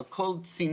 על כל צינור,